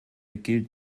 gilt